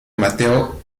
mateo